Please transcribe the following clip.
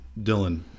Dylan